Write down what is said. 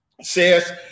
says